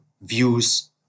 views